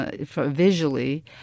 visually